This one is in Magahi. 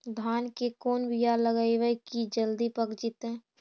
धान के कोन बियाह लगइबै की जल्दी पक जितै?